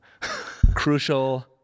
Crucial